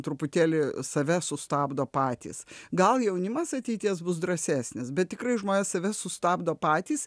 truputėlį save sustabdo patys gal jaunimas ateities bus drąsesnis bet tikrai žmonės save sustabdo patys